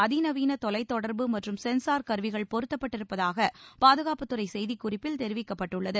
அதி நவீன தொலைத் தொடர்பு மற்றும் சென்சார் கருவிகள் பொருத்தப்பட்டிருப்பதாக பாதுகாப்புத்துறை செய்திக்குறிப்பில் தெரிவிக்கப்பட்டுள்ளது